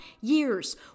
years